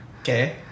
Okay